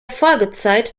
folgezeit